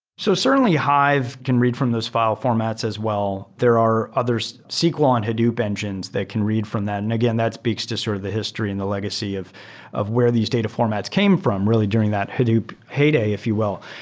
so certainly, hive can read from those formats as well. there are other so sql and hadoop engines that can read from that. and again, that speaks to sort of the history and the legacy of of where these data formats came from really during that hadoop heyday, if you will.